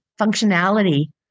functionality